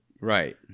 Right